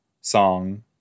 song